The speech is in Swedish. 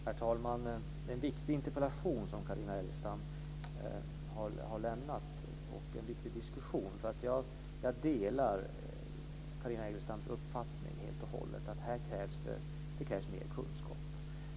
Herr talman! Det är en viktig interpellation som Carina Elgestam har lämnat, och det är en viktig diskussion. Jag delar Carina Elgestams uppfattning helt och hållet om att det krävs mer kunskap.